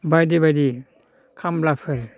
बायदि बायदि खामलाफोर